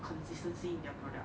consistency in their product